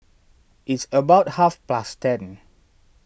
its about half past ten